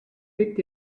picked